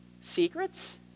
secrets